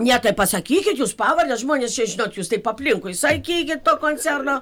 ne tai pasakykit jūs pavardę žmonės čia žinot jūs taip aplinkui sakykit o koncerno